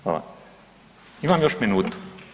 Hvala, imam još minutu.